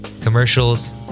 commercials